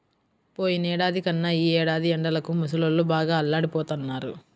పోయినేడాది కన్నా ఈ ఏడాది ఎండలకి ముసలోళ్ళు బాగా అల్లాడిపోతన్నారు